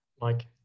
mike